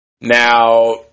Now